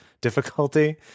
difficulty